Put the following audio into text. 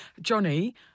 johnny